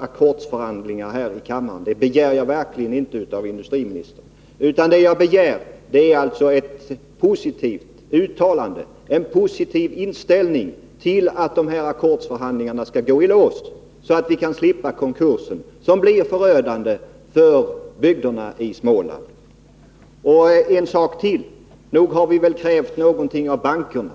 ackordsförhandlingar här i kammaren. Det begär jag verkligen inte av industriministern. Men vad jag begär är ett positivt uttalande om och en positiv inställning till att dessa ackordsförhandlingar skall gå i lås, så att en konkurs vid Munksjö AB kan undvikas. En sådan skulle bli förödande för många bygder i Småland. En sak till. Nog har vi ställt krav på bankerna.